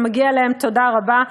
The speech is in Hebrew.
ומגיעה להם תודה רבה.